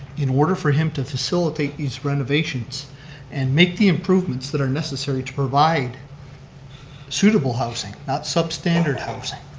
in order for him to facilitate these renovations and make the improvements that are necessary to provide suitable housing, not substandard housing,